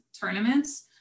tournaments